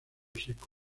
seco